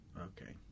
Okay